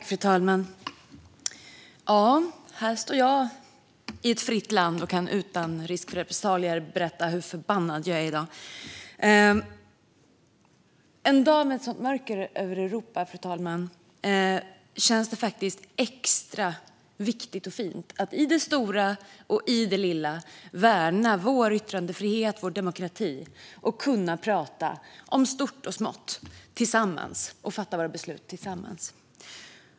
Fru talman! Här står jag i ett fritt land och kan utan risk för repressalier berätta hur förbannad jag är i dag. En dag med ett sådant mörker över Europa, fru talman, känns det extra viktigt och fint att i det stora och i det lilla värna vår yttrandefrihet och demokrati och att kunna prata om stort och smått och fatta våra beslut tillsammans.